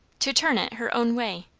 to turn it her own way,